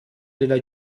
della